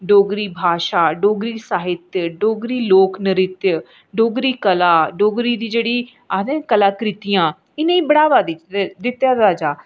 डोगरी भाशा डोगरी साहित्य डोगरी लोक नृत्य डोगरी कला डोगरी जेह्ड़ी आखदे ना कला कृतियां इ'नें गी बढावा दित्ता जा